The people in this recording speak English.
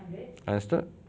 understood